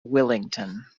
willington